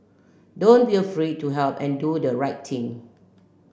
don't be afraid to help and do the right thing